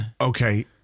Okay